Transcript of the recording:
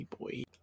boy